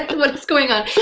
what's going on?